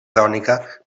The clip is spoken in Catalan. crònica